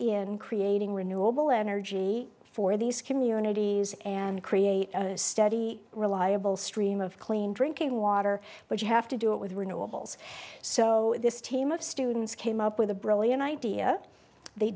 in creating renewable energy for these communities and create a steady reliable stream of clean drinking water but you have to do it with renewables so this team of students came up with a brilliant idea they